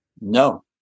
No